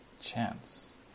chance